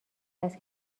است